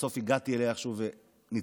בסוף הגעתי אליה איכשהו וניצלנו.